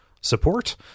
support